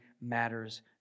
matters